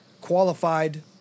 qualified